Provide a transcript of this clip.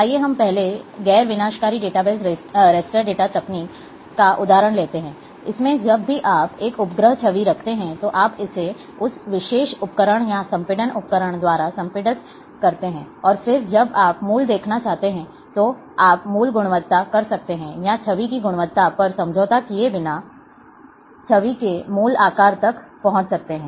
आइए हम पहले गैर विनाशकारी डेटाबेस रैस्टर डेटा तकनीक का उदाहरण लेते हैं इसमें जब भी आप एक उपग्रह छवि रखते हैं तो आप इसे उस विशेष उपकरण या संपीड़न उपकरण द्वारा संपीड़ित करते हैं और फिर जब आप मूल देखना चाहते हैं तो आप मूल गुणवत्ता कर सकते हैं या छवि की गुणवत्ता पर समझौता किए बिना छवि के मूल आकार तक पहुंच सकते हैं